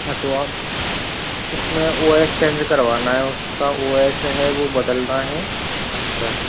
हाँ तो आप इसमें ओ एस चेंज करवाना है उसका ओ एस है वो बदलना है बस